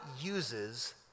uses